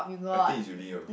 I think is you lean on